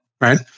right